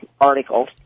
articles